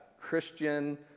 Christian